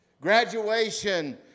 graduation